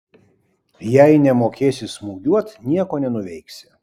jei nemokėsi smūgiuot nieko nenuveiksi